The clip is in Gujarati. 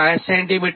5 સેમી